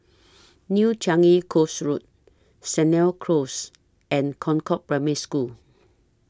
New Changi Coast Road Sennett Close and Concord Primary School